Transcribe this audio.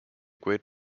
great